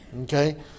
okay